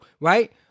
right